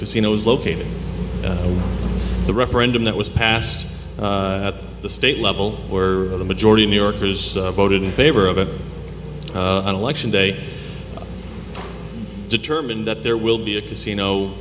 casinos located the referendum that was passed at the state level where the majority of new yorkers voted in favor of it an election day determined that there will be a casino